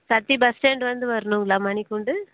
தத்தி bus stand வந்து வரணுங்களா மணிக்கூண்டு